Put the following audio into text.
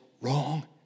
wrong